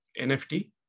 NFT